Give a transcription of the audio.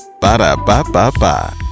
Ba-da-ba-ba-ba